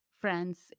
friends